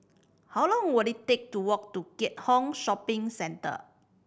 how long will it take to walk to Keat Hong Shopping Centre